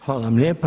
Hvala lijepa.